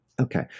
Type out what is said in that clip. Okay